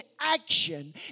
action